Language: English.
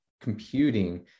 computing